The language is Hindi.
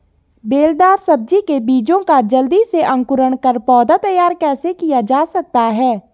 बेलदार सब्जी के बीजों का जल्दी से अंकुरण कर पौधा तैयार कैसे किया जा सकता है?